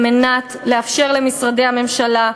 על מנת לאפשר למשרדי הממשלה,